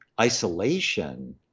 isolation